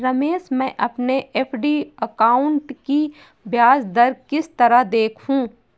रमेश मैं अपने FD account की ब्याज दर किस तरह देखूं?